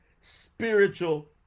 spiritual